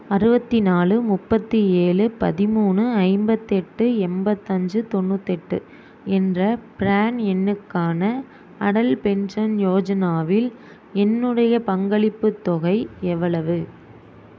அறுபத்தி நாலு முப்பத்து ஏழு பதிமூணு ஐம்பத்தெட்டு எண்பத்தஞ்சு தொண்ணூத்தெட்டு என்ற ப்ரான் எண்ணுக்கான அடல் பென்ஷன் யோஜனாவில் என்னுடைய பங்களிப்புத் தொகை எவ்வளவு